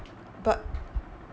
but